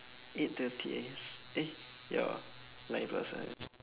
eight thirty eh ya nine plus right